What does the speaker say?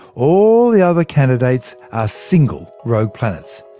all the other candidates are single rogue planets.